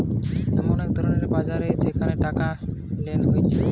এমন এক ধরণের বাজার যেখানে টাকা লেনদেন হতিছে